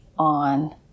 on